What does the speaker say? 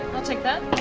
i'll take that.